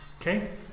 Okay